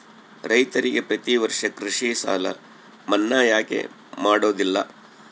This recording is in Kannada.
ರೈತರಿಗೆ ಪ್ರತಿ ವರ್ಷ ಕೃಷಿ ಸಾಲ ಮನ್ನಾ ಯಾಕೆ ಮಾಡೋದಿಲ್ಲ?